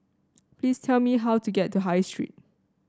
please tell me how to get to High Street